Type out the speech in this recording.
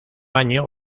año